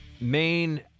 main